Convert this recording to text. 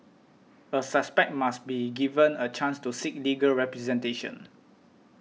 a suspect must be given a chance to seek legal representation